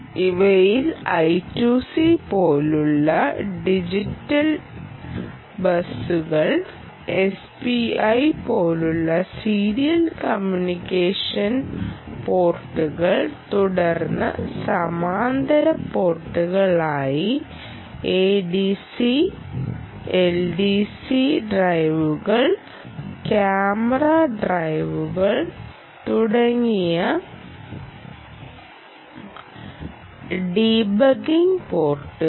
ഇവയിൽ I2C പോലുള്ള digital ബസ്സുകൾ SPI പോലുള്ള സീരിയൽ കമ്മ്യൂണിക്കേഷൻ പോർട്ടുകൾ തുടർന്ന് സമാന്തര പോർട്ടുകളായി എടിസി എൽസിഡി ഡ്രൈവറുകൾ ക്യാമറ ഡ്രൈവറുകൾ തുടങ്ങിയ ഡീബഗ്ഗിംഗ് പോർട്ടുകൾ